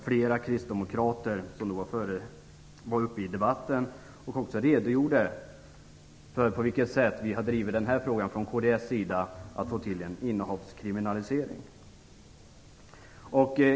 Flera kristdemokrater var då uppe i debatten och redogjorde för på vilket sätt vi har drivit den här frågan från kds sida för att få till stånd en innehavskriminalisering.